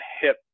hip